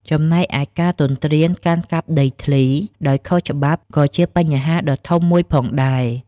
ចំណែកឯការទន្ទ្រានកាន់កាប់ដីធ្លី ដោយខុសច្បាប់ក៏ជាបញ្ហាដ៏ធំមួយផងដែរ។